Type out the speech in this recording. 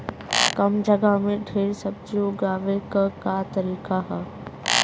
कम जगह में ढेर सब्जी उगावे क का तरीका ह?